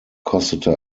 kostete